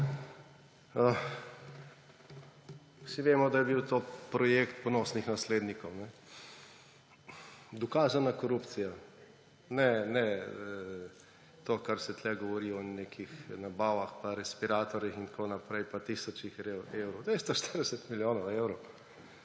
Vsi vemo, da je bil to projekt ponosnih naslednikov. Dokazana korupcija, ne to, kar se tukaj govori o nekih nabavah in respiratorjih in tako naprej in tisočih evrov. 240 milijonov evrov.